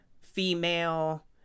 female